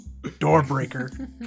Doorbreaker